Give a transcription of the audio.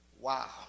Wow